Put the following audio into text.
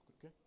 Okay